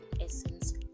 essence